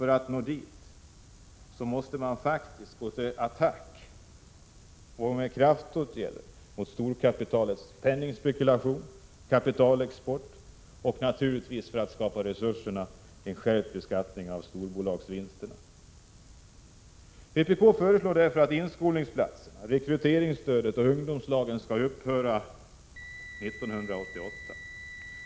För att nå dit måste man faktiskt gå till attack med kraftåtgärder mot storkapitalets penningspekulation, kapitalexport och, naturligtvis, för att skapa resurserna, en skärpt beskattning av storbolagsvinsterna. Vpk föreslår därför att inskolningsplatserna, rekryteringsstödet och ungdomslagen skall upphöra 1988.